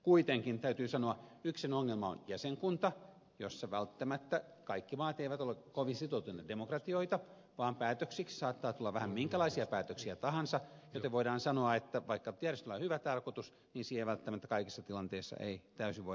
kuitenkin täytyy sanoa että yksi sen ongelma on jäsenkunta jossa välttämättä kaikki maat eivät ole kovin sitoutuneita demokratioita vaan päätöksiksi saattaa tulla vähän minkälaisia päätöksiä tahansa joten voidaan sanoa että vaikka järjestöllä on hyvä tarkoitus niin siihen välttämättä kaikissa tilanteissa ei täysin voida luottaa